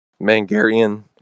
Mangarian